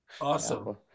Awesome